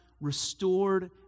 restored